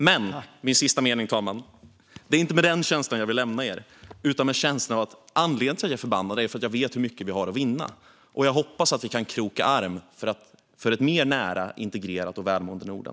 Men - min sista mening, herr talman - det är inte med den känslan jag vill lämna er, utan med känslan att anledningen till att jag är förbannad är att jag vet hur mycket vi har att vinna; jag hoppas att vi kan kroka arm för ett mer nära integrerat och välmående Norden.